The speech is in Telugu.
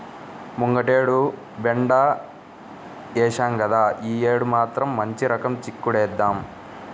ముంగటేడు బెండ ఏశాం గదా, యీ యేడు మాత్రం మంచి రకం చిక్కుడేద్దాం